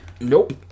Nope